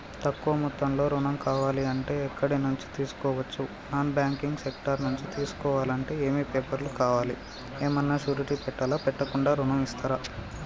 తక్కువ మొత్తంలో ఋణం కావాలి అంటే ఎక్కడి నుంచి తీసుకోవచ్చు? నాన్ బ్యాంకింగ్ సెక్టార్ నుంచి తీసుకోవాలంటే ఏమి పేపర్ లు కావాలి? ఏమన్నా షూరిటీ పెట్టాలా? పెట్టకుండా ఋణం ఇస్తరా?